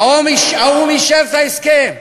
האו"ם אישר את ההסכם,